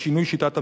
לשינוי שיטת הממשל.